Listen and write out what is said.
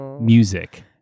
music